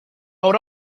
would